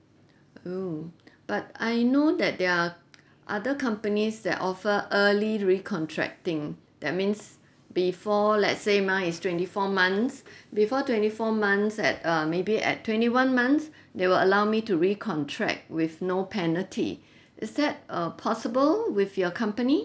oh but I know that there are other companies that offer early recontracting that means before let say mine is twenty four months before twenty four months at uh maybe at twenty one months they will allow me to recontract with no penalty is that err possible with your company